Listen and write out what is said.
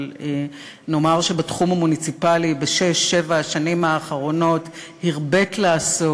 אבל נאמר שבתחום המוניציפלי בשש-שבע השנים האחרונות הרבית לעשות: